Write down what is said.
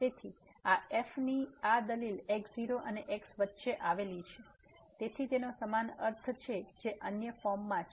તેથી આ f ની આ દલીલ x0 અને x વચ્ચે આવેલી છે તેથી તેનો સમાન અર્થ છે જે અન્ય ફોર્મમાં છે